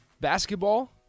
basketball